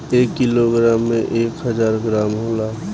एक किलोग्राम में एक हजार ग्राम होला